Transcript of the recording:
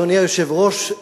אדוני היושב-ראש,